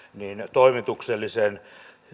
toimituksellisen